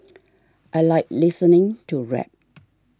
I like listening to rap